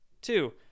Two